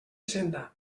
senda